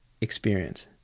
experience